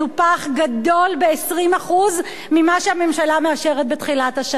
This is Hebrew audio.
המנופח גדול ב-20% ממה שהממשלה מאשרת בתחילת השנה.